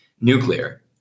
Nuclear